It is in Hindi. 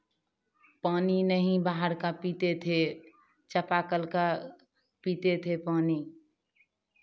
पानी नहीं बाहर का पीते थे चापाकल का पीते थे पानी